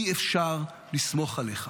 אי-אפשר לסמוך עליך.